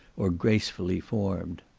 or gracefully formed.